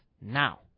now